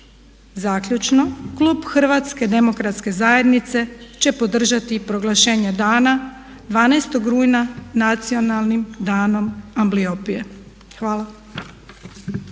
Zaključno, Klub HDZ-a će podržati proglašenje dana 12.rujna Nacionalnim danom amblioije. Hvala.